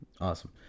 awesome